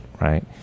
right